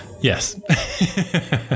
Yes